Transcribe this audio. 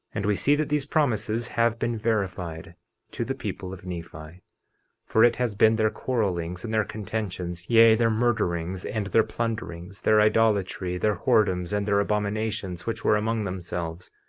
and we see that these promises have been verified to the people of nephi for it has been their quarrelings and their contentions, yea, their murderings, and their plunderings, their idolatry, their whoredoms, and their abominations, which were among themselves,